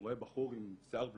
אני רואה בחור עם שיער בלונדיני,